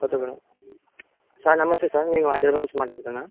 కొత్తగా సార్ నమస్తే సార్ నేను ఆడియోలోంచి మాట్లాడుతున్నా